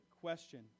question